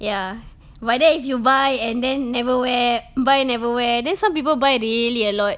ya but then if you buy and then never wear buy never wear then some people buy really a lot